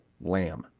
lamb